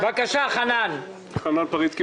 חנן פריצקי,